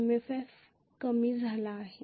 MMF कमी झाला आहे